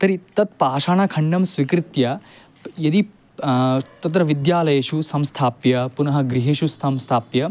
तर्हि तत् पाषाणखण्डं स्वीकृत्य प् यदि तत्र विद्यालयेषु संस्थाप्य पुनः गृहेषु संस्थाप्य